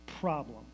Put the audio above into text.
problem